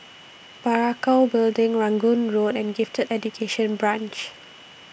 Parakou Building Rangoon Road and Gifted Education Branch